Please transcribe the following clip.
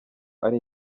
ari